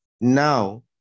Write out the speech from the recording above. Now